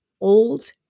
old